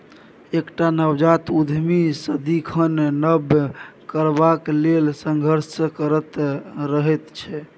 एकटा नवजात उद्यमी सदिखन नब करबाक लेल संघर्षरत रहैत छै